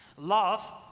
Love